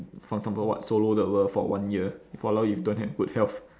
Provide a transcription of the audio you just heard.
for example what solo the world for one year !walao! if don't have good health